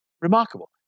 Remarkable